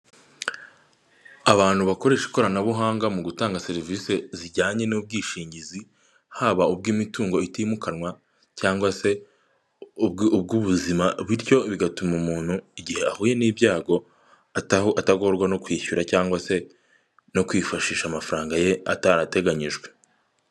Abantu bakoresha ikoranabuhanga mu gutanga serivisi zijyanye n'ubwishingizi haba ubw'imitungo itimukanwa cyangwa se ubw'ubuzima bityo bigatuma umuntu igihe ahuye n'ibyago atagorwa no kwishyura cyangwa se no kwifashisha amafaranga ye atarateganyijwe .